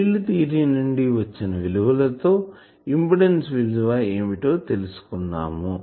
field theory నుండి వచ్చిన విలువలు తో ఇంపిడెన్సు విలువ ఏంటో తెలుసుకున్నాం